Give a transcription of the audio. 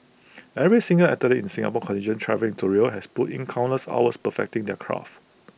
every single athlete in Singapore contingent travelling to Rio has put in countless hours perfecting their craft